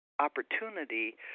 Opportunity